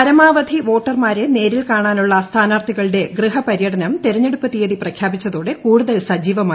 പരമാവധി വോട്ടർമാരെ പ്രന്യേരിൽ കാണാനുള്ള സ്ഥാനാർഥികളുടെ ഗൃഹപര്യടനം തെരഞ്ഞെടുപ്പ് തീയതി പ്രഖ്യാപിച്ചതോടെ കൂടുതൽ സജീവമായി